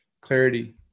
Clarity